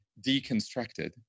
deconstructed